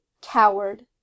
Coward